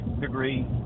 degree